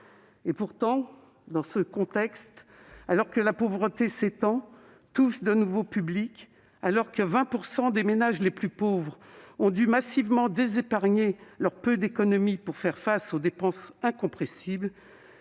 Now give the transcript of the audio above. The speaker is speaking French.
Pourtant, dans ce contexte, alors que la pauvreté s'étend et touche de nouveaux publics, alors que 20 % des ménages les plus pauvres ont dû massivement désépargner le peu d'économies qu'ils avaient pour faire face aux dépenses incompressibles,